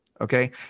okay